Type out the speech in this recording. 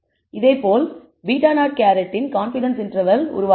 இதேபோல் β̂₀ இன் confidence interval உருவாக்கலாம்